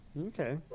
Okay